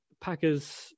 Packers